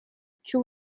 cya